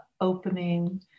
Opening